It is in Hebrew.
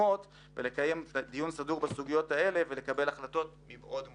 לקיים דיון סדור בסוגיות אלו ולקבל החלטות בעוד מועד.